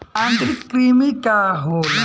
आंतरिक कृमि का होला?